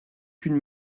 qu’une